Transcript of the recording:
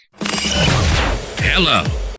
Hello